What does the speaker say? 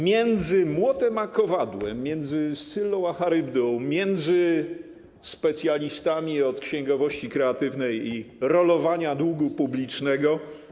Między młotem a kowadłem, między Scyllą a Charybdą, między specjalistami od księgowości kreatywnej i rolowania długu publicznego.